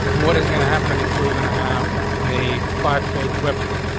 what is gonna happen if you're gonna have a five page website?